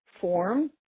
form